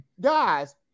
Guys